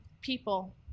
people